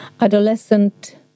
adolescent